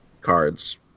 cards